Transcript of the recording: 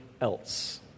else